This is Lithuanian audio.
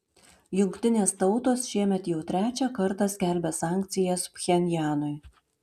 jungtinės tautos šiemet jau trečią kartą skelbia sankcijas pchenjanui